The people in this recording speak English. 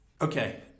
Okay